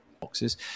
Boxes